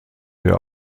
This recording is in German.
der